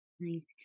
Nice